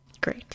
Great